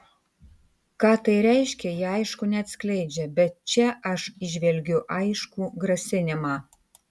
ką tai reiškia jie aišku neatskleidžia bet čia aš įžvelgiu aiškų grasinimą